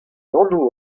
anv